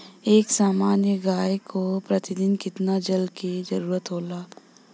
एक सामान्य गाय को प्रतिदिन कितना जल के जरुरत होला?